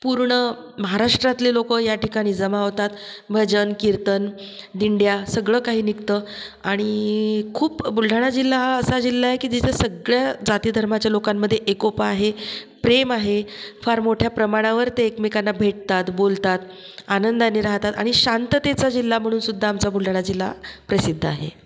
पूर्ण महाराष्ट्रातले लोक या ठिकाणी जमा होतात भजन कीर्तन दिंड्या सगळं काही निघतं आणि खूप बुलढाणा जिल्हा हा असा जिल्हा आहे कि जिथे सगळ्या जातीधर्माच्या लोकांमध्ये एकोपा आहे प्रेम आहे फार मोठ्या प्रमाणावर ते एकमेकांना भेटतात बोलतात आनंदानी राहतात आणि शांततेचा जिल्हा म्हणून सुद्धा आमचा बुलढाणा जिल्हा प्रसिद्ध आहे